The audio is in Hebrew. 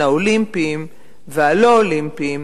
האולימפיים והלא-אולימפיים,